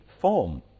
form